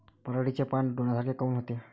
पराटीचे पानं डोन्यासारखे काऊन होते?